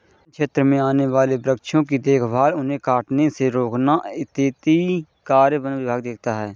वन्य क्षेत्र में आने वाले वृक्षों की देखभाल उन्हें कटने से रोकना इत्यादि कार्य वन विभाग देखता है